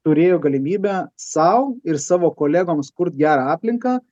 turėjo galimybę sau ir savo kolegoms kurt gerą aplinką